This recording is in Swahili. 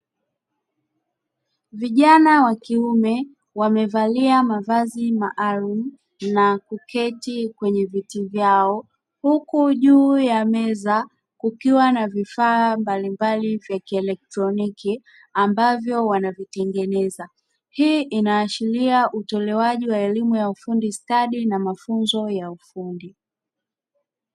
Vijana wa kiume wamevalia mavazi maalumu, na kuketi kwenye viti vyao, huku juu ya meza kukiwa na vifaa mbalimbali vya kielektroniki, ambavyo wanavitengeneza. Hii inaashiria utolewaji wa elimu ya ufundi stadi na mafunzo ya ufundi.